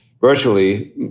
virtually